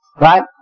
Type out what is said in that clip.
right